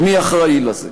ומי אחראי לזה.